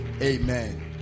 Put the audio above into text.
amen